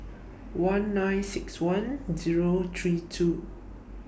one nine six one Zero three two